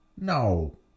No